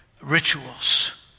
rituals